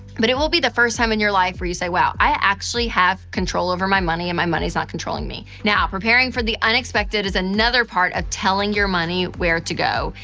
but it will be the first time in your life where you say, wow, i actually have control over my money, and my money is not controlling me. now, preparing for the unexpected is another part of telling your money where to go.